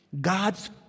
God's